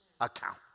account